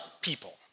people